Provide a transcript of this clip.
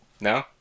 No